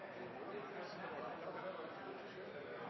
jeg at de